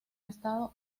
estado